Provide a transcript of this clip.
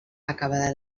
acabada